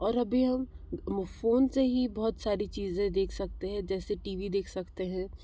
और अभी हम फ़ोन से ही बहुत सारी चीज़ें देख सकते हैं जैसे टी वी देख सकते हैं